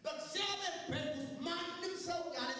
but i